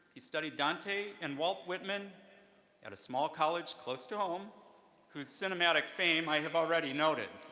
he studied dante and walt whitman at a small college close to home whose cinematic fame i have already noted.